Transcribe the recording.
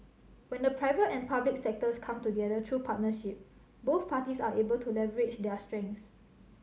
when the private and public sectors come together through partnership both parties are able to leverage their strengths